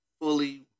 fully